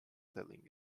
telling